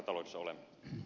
arvoisa puhemies